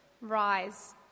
Rise